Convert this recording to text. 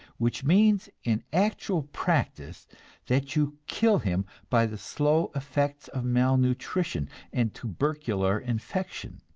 which means in actual practice that you kill him by the slow effects of malnutrition and tubercular infection.